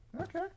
Okay